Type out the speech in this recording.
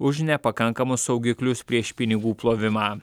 už nepakankamus saugiklius prieš pinigų plovimą